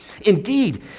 Indeed